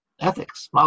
ethics